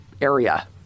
area